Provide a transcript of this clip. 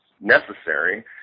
necessary